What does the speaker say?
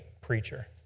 preacher